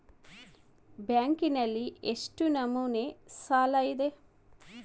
ಬ್ಯಾಂಕಿನಲ್ಲಿ ಎಷ್ಟು ನಮೂನೆ ಸಾಲ ಇದೆ?